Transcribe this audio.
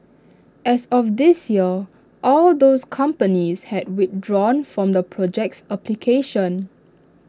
as of this year all of those companies had withdrawn from the project's application